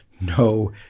no